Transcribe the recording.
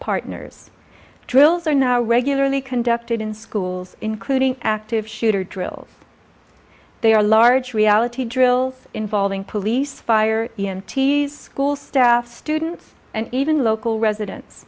partners drills are now regularly conducted in schools including active shooter drills they are large reality drills involving police fire and teas school staff students and even local residents